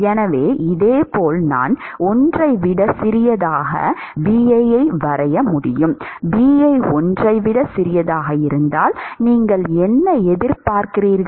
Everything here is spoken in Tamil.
எனவே இதேபோல் நான் 1 ஐ விட சிறியதாக Bi ஐ வரைய முடியும் Bi 1 ஐ விட சிறியதாக இருந்தால் நீங்கள் என்ன எதிர்பார்க்கிறீர்கள்